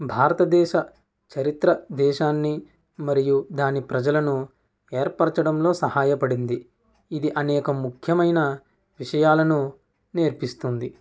భారతదేశ చరిత్ర దేశాన్ని మరియు దాని ప్రజలను ఏర్పరచడంలో సహాయపడింది ఇది అనేక ముఖ్యమైన విషయాలను నేర్పిస్తుంది